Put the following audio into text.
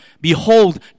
Behold